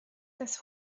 des